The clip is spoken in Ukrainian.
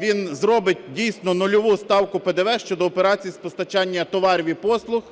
він зробить дійсно нульову ставку ПДВ щодо операцій з постачання товарів і послуг